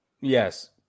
Yes